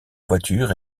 voiture